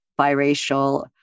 biracial